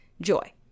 Joy